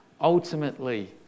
ultimately